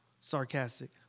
sarcastic